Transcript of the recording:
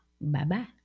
Bye-bye